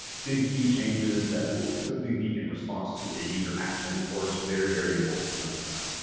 big key changes that will typically be in response to a user action or it's very, very important for them to know.